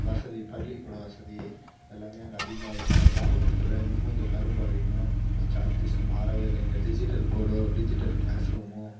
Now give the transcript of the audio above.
வசதி பள்ளிக்கூட வசதி எல்லாமே அங்கே அதிகமாகவே இருக்குது ஆனால் கிராமப்புறத்தில் இன்னமும் அந்த கரும்பலகையும் சாக்பீஸும் மாறவே இல்லை இங்க டிஜிட்டல் போர்டோ டிஜிட்டல் கிளாஸ் ரூமோ